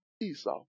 Esau